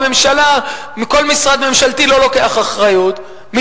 כל משרד ממשלתי לא לוקח אחריות,